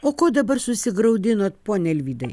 o ko dabar susigraudinot pone alvydai